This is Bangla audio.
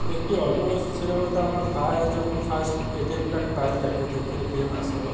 একটি অল্প বয়সি ছেলে বলতে আমার ভাই যখন first A T M card পায় ব্যাঙ্কে থেকে এ টি এম আসে ওর